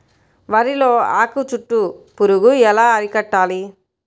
వరిలో ఆకు చుట్టూ పురుగు ఎలా అరికట్టాలి?